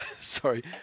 Sorry